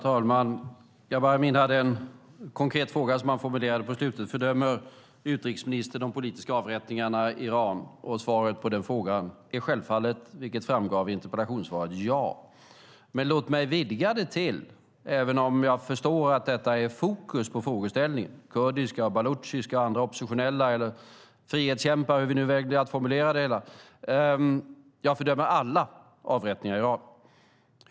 Herr talman! Jabar Amin hade en konkret fråga som han formulerade på slutet: Fördömer utrikesministern de politiska avrättningarna i Iran? Svaret på frågan är självfallet, vilket framgår i interpellationssvaret, ja. Låt mig vidga detta. Även om jag förstår att detta är fokus i frågeställningen - kurdiska, baluchiska och andra oppositionella, frihetskämpar eller hur vi nu väljer att formulera det hela - fördömer jag alla avrättningar i Iran.